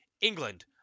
England